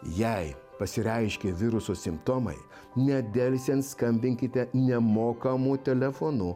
jei pasireiškė viruso simptomai nedelsiant skambinkite nemokamu telefonu